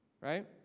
Right